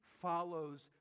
follows